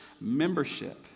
membership